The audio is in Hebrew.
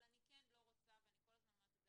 אבל אני כן לא רוצה ואני כל הזמן אומרת את זה,